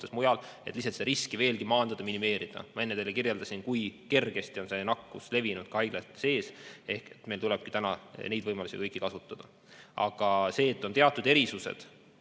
et lihtsalt seda riski veelgi maandada, minimeerida. Ma enne teile kirjeldasin, kui kergesti on nakkus levinud ka haiglates. Ehk meil tulebki neid võimalusi kõiki kasutada. Aga see, et lähikontaktsuse